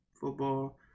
football